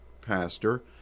pastor